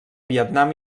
vietnam